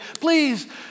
please